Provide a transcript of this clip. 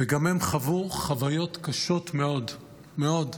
וגם הם חוו חוויות קשות מאוד מאוד.